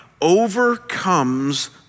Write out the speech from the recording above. overcomes